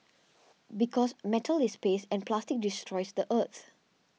because metal is and plastic destroys the earth